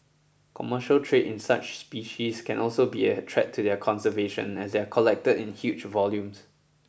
commercial trade in such species can also be a threat to their conservation as they are collected in huge volumes